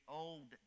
old